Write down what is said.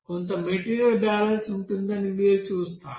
కొంత material balance ఉంటుందని మీరు చూస్తారు